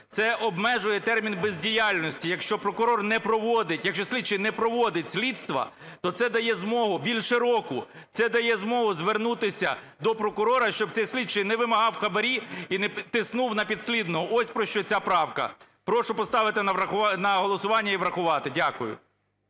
прокурор не проводить… якщо слідчий не проводить слідство, то це дає змогу (більше року), це дає змогу звернутися до прокурора, щоб цей слідчий не вимагав хабарі і не тиснув на підслідного. Ось про що ця правка. Прошу поставити на голосування і врахувати. Дякую.